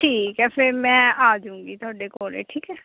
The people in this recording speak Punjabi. ਠੀਕ ਹੈ ਫਿਰ ਮੈਂ ਆ ਜਾਉਂਗੀ ਤੁਹਾਡੇ ਕੋਲ ਠੀਕ ਹੈ